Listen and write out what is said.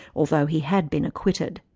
although he had been acquitted.